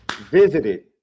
visited